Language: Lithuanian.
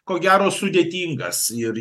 ko gero sudėtingas ir